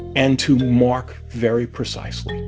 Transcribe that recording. and to mark very precisely.